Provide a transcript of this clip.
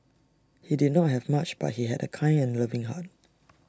he did not have much but he had A kind and loving heart